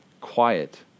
Quiet